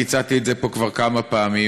אני הצעתי את זה פה כבר כמה פעמים.